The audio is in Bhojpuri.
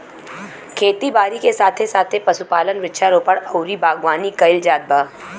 खेती बारी के साथे साथे पशुपालन, वृक्षारोपण अउरी बागवानी कईल जात बा